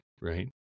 right